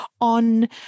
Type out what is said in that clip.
on